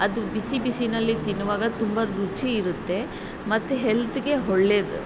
ಅದು ಬಿಸಿ ಬಿಸಿಯಲ್ಲಿ ತಿನ್ನುವಾಗ ತುಂಬ ರುಚಿ ಇರುತ್ತೆ ಮತ್ತು ಹೆಲ್ತಿಗೆ ಒಳ್ಳೇದು